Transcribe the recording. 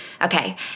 Okay